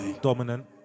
dominant